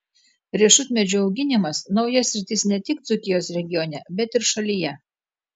riešutmedžių auginimas nauja sritis ne tik dzūkijos regione bet ir šalyje